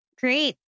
Great